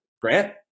grant